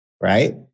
right